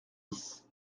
dix